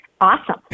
Awesome